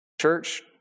Church